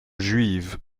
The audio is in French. juive